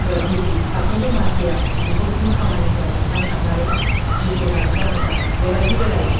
बिजि साफ्रोमबो मानसिया गुबुन गुबुन खामानिफोराव नांथाबनानै जिउखौ दानो गोनां जादों बेबादि बेलायाव